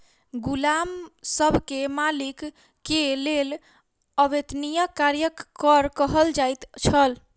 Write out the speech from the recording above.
गुलाम सब के मालिक के लेल अवेत्निया कार्यक कर कहल जाइ छल